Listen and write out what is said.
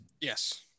Yes